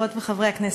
חברות וחברי הכנסת,